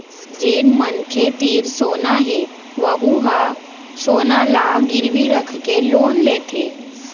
जेन मनखे तीर सोना हे वहूँ ह सोना ल गिरवी राखके लोन लेथे